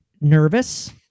nervous